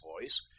voice